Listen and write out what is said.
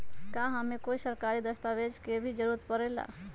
का हमे कोई सरकारी दस्तावेज के भी जरूरत परे ला?